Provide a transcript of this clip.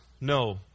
No